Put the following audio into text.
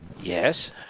Yes